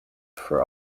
for